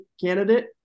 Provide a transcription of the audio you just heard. candidate